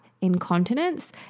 incontinence